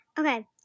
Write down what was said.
Okay